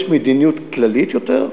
יש מדיניות כללית יותר,